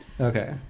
Okay